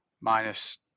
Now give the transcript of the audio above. minus